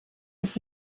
ist